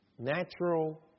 natural